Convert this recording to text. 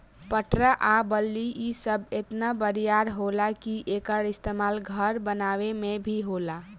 पटरा आ बल्ली इ सब इतना बरियार होला कि एकर इस्तमाल घर बनावे मे भी होला